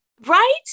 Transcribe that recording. Right